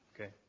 Okay